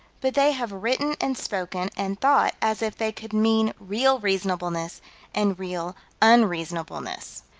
but they have written and spoken and thought as if they could mean real reasonableness and real unreasonableness.